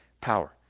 Power